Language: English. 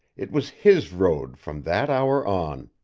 it was his road from that hour on.